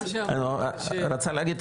רצה להגיד,